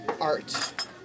art